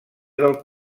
del